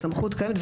הסמכות קיימת,